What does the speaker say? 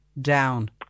down